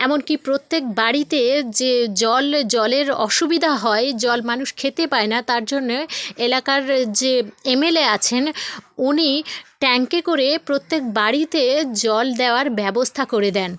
এমনকি প্রত্যেক বাড়িতে যে জল জলের অসুবিধা হয় জল মানুষ খেতে পায় না তার জন্যে এলাকার যে এমএলএ আছেন উনি ট্যাঙ্কে করে প্রত্যেক বাড়িতে জল দেওয়ার ব্যবস্থা করে দেন